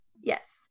Yes